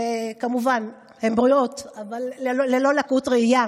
כמובן שהן בריאות, אבל ללא לקות ראייה.